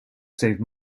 save